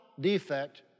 defect